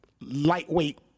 lightweight